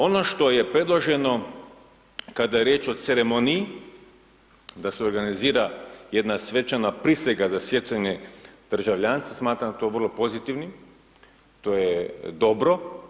Ono što je predloženo kada je riječ o ceremoniji da se organizira jedna svečana prisega za stjecanje državljanstva smatram to vrlo pozitivnim, to je dobro.